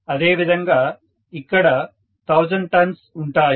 అదే విధంగా ఇక్కడ 1000 టర్న్స్ ఉంటాయి